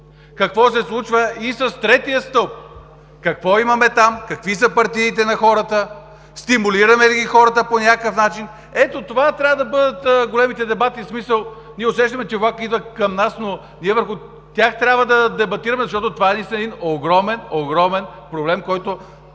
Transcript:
Какво се случва и с третия стълб?! Какво имаме там, какви са партидите на хората, стимулираме ли ги хората по някакъв начин? Ето това трябва да бъдат големите дебати – в смисъл ние усещаме, че влакът идва към нас, но ние върху тях трябва да дебатираме, защото това наистина е един огромен, огромен проблем, на който